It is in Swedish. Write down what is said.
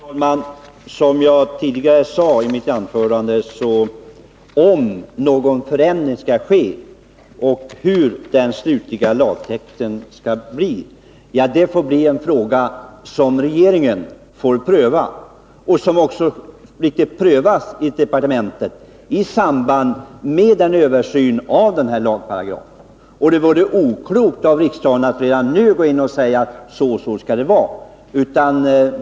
Herr talman! Jag sade i mitt tidigare anförande att frågan om någon förändring skall ske och hur den slutliga lagtexten skall bli är en fråga som regeringen får pröva. Den prövas också i departementet i samband med översynen av denna lagtext. Det vore oklokt av riksdagen att redan nu gå in och säga att det skall vara så och så.